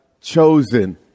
chosen